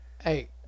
Hey